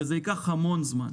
וזה ייקח המון זמן,